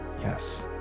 yes